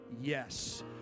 yes